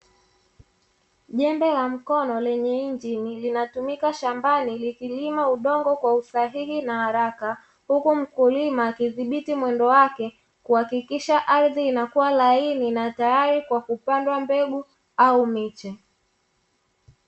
Jembe la mkono lenye injini linatumika shambani likilima udongo kwa usahihi na haraka, huku mkulima akidhibiti mwendo wake kuhakikisha ardhi inakuwa laini na tayari kupandwa mbegu au miche.